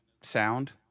sound